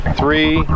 three